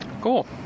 Cool